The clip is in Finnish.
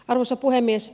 arvoisa puhemies